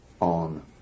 on